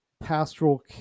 pastoral